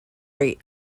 rate